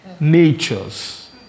Natures